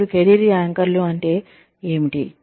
ఇప్పుడు కెరీర్ యాంకర్లు అంటే ఏమిటి